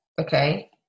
Okay